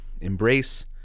embrace